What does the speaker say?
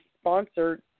sponsored